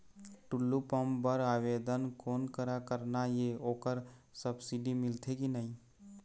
Tullu pump बर आवेदन कोन करा करना ये ओकर सब्सिडी मिलथे की नई?